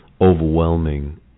overwhelming